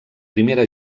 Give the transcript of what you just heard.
primera